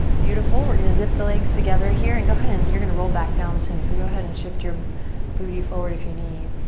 beautiful. we're gonna zip the legs together here and go ahead and you're gonna roll back down soon so go ahead and shift your booty forward if you need.